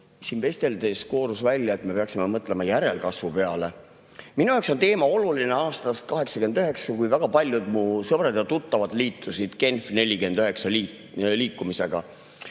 Siin vesteldes koorus välja, et me peaksime mõtlema järelkasvu peale. Minu jaoks on teema oluline aastast 1989, kui väga paljud mu sõbrad ja tuttavad liitusid Genf-49 liikumisega.